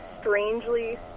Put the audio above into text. strangely